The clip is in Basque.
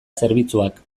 zerbitzuak